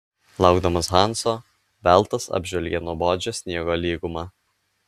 laukdamas hanso veltas apžvelgė nuobodžią sniego lygumą